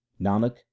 nanak